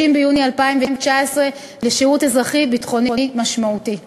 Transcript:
ביוני 2019 לשירות אזרחי-ביטחוני משמעותי.